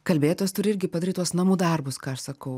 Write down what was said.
kalbėtojas turi irgi padaryt tuos namų darbus ką aš sakau